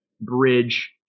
bridge